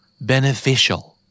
Beneficial